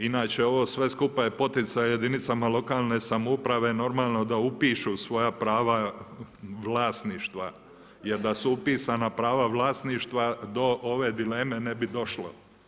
Inače ovo sve skupa je poticaj jedinicama lokalne samouprave, normalno da upišu svoja prava vlasništva, jer da su upisana prava vlasništva do ove dileme ne bi došlo.